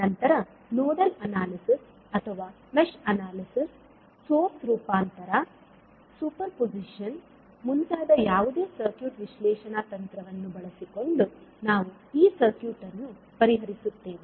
ನಂತರ nodal analysis ಅಥವಾ mesh analysis source ರೂಪಾಂತರ ಸೂಪರ್ಪೋಸಿಷನ್ ಮುಂತಾದ ಯಾವುದೇ ಸರ್ಕ್ಯೂಟ್ ವಿಶ್ಲೇಷಣಾ ತಂತ್ರವನ್ನು ಬಳಸಿಕೊಂಡು ನಾವು ಈ ಸರ್ಕ್ಯೂಟ್ ಅನ್ನು ಪರಿಹರಿಸುತ್ತೇವೆ